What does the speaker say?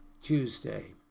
Tuesday